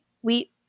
wheat